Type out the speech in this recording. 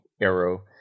Arrow